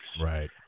Right